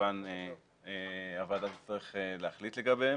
שכמובן הוועדה תצטרך להחליט לגביהם.